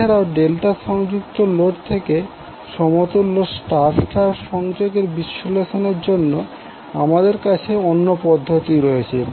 এছাড়াও ডেল্টা সংযুক্ত লোড থেকে সমতুল্য স্টার স্টার সংযোগের বিশ্লেষণের জন্য আমাদের কাছে অন্য পদ্ধতি রয়েছে